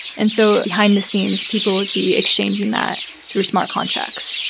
and so behind the scenes, people would be exchanging that through smart contracts.